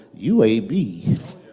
UAB